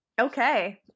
Okay